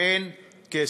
אין כסף.